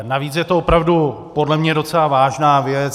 Navíc je to opravdu podle mě docela vážná věc.